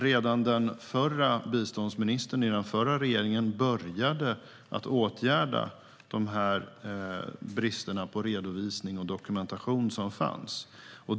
Redan biståndsministern i den förra regeringen började åtgärda de brister som fanns inom redovisning och dokumentation.